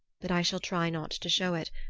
but i shall try not to show it,